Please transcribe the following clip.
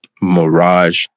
Mirage